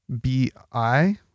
B-I